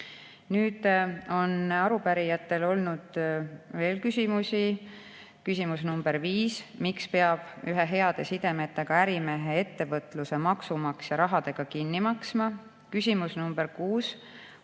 Nüüd on arupärijatel olnud veel küsimusi. Küsimus nr 5: "Miks peab ühe heade sidemetega ärimehe ettevõtluse maksumaksja rahadega kinni maksma?" Küsimus nr 6: